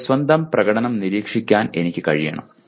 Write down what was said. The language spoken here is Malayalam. എന്റെ സ്വന്തം പ്രകടനം നിരീക്ഷിക്കാൻ എനിക്ക് കഴിയണം